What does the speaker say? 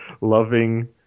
loving